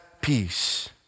peace